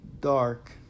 dark